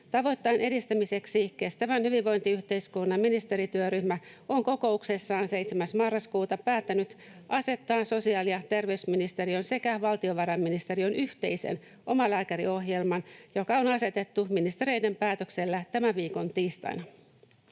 Tavoitteen edistämiseksi kestävän hyvinvointiyhteiskunnan ministerityöryhmä on kokouksessaan 7. marraskuuta päättänyt asettaa sosiaali- ja terveysministeriön sekä valtiovarainministeriön yhteisen Omalääkäri-ohjelman, joka on asetettu ministereiden päätöksellä tämän viikon tiistaina.